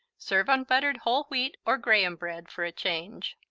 serve on buttered whole wheat or graham bread for a change.